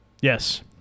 Yes